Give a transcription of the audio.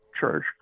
church